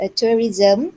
tourism